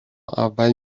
اول